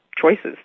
choices